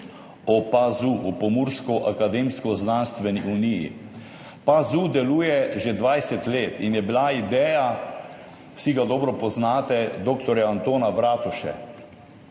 o PAZU, o Pomurski akademsko-znanstveni uniji. PAZU deluje že 20 let in je bila ideja, vsi ga dobro poznate, dr. Antona Vratuše.